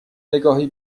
نگاهی